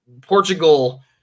Portugal